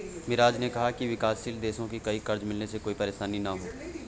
मिराज ने कहा कि विकासशील देशों को कर्ज मिलने में कोई परेशानी न हो